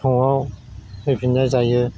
न'आव फैफिन्नाय जायो